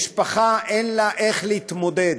משפחה אין לה איך להתמודד,